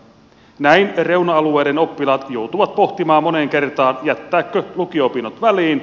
näin reuna alueiden oppilaat joutuvat pohtimaan moneen kertaan jättääkö lukio opinnot väliin